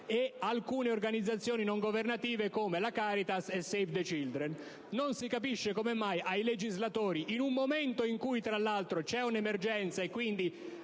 ad alcune organizzazioni non governative, come Save the Children), non si capisce come mai ai legislatori, in un momento in cui tra l'altro c'è un'emergenza e gli